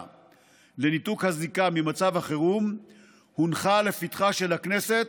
לניתוק הזיקה ממצב החירום הונחה לפתחה של הכנסת,